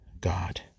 god